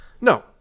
No